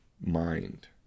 mind